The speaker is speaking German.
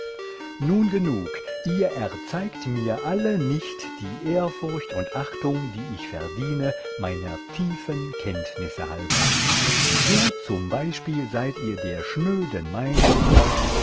nun genug ihr erzeigt mir alle nicht die ehrfurcht und achtung die ich verdiene meiner tiefen kenntnisse halber so z b seid ihr der schnöden meinung daß